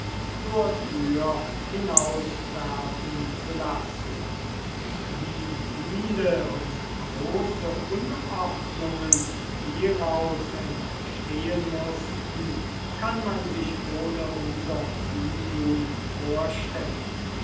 zur türe hinaus werfen zu lassen die unordnungen die hieraus entstehen mußten kann man sich ohne unser zutun vorstellen